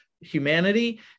humanity